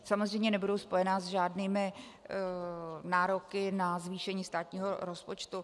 Samozřejmě nebudou spojena s žádnými nároky na zvýšení státního rozpočtu.